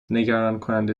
نگرانکننده